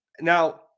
Now